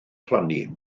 plannu